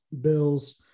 Bill's